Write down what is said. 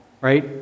right